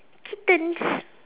kittens